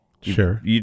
Sure